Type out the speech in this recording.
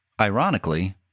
ironically